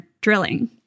drilling